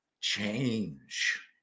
change